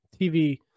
TV